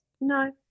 No